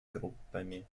группами